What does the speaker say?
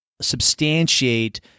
substantiate